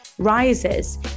Rises